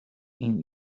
این